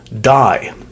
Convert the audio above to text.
die